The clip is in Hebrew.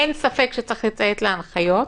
אין ספק שצריך לציית להנחיות,